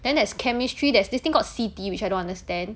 then there's chemistry there's this thing called C_T which I don't understand